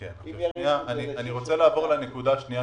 אני רוצה לעבור לנקודה השנייה,